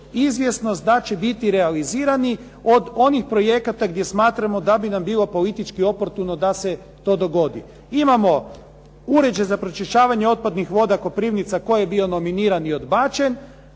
izvjesnost da će biti realizirani od onih projekata gdje smatramo da bi nam politički oportuno da se to dogodi. Imamo uređaj za pročišćavanje otpadnih voda Koprivnica koji je bio nominiran i odbačen.